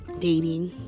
dating